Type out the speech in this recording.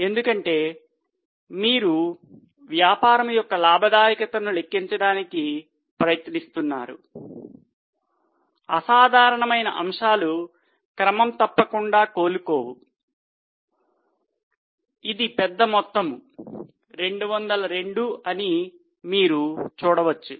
ఎందుకంటే మీరు వ్యాపారం యొక్క లాభదాయకతను లెక్కించడానికి ప్రయత్నిస్తున్నారు అసాధారణమైన అంశాలు క్రమం తప్పకుండా కోలుకోవు ఇది పెద్ద మొత్తం 202 అని మీరు చూడవచ్చు